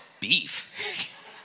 beef